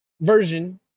version